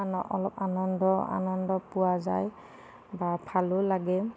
আন অলপ আনন্দ আনন্দ পোৱা যায় বা ভালো লাগে